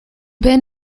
band